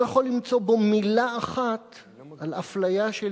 לא יכול למצוא בו מלה אחת על אפליה של